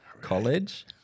college